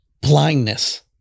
blindness